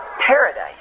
paradise